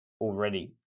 already